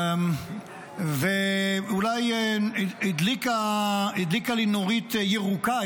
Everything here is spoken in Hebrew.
אולי הדליקה לי נורית ירוקה,